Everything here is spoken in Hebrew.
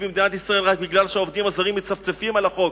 במדינת ישראל רק כי העובדים הזרים מצפצפים על החוק.